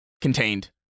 contained